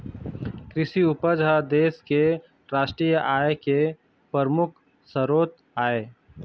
कृषि उपज ह देश के रास्टीय आय के परमुख सरोत आय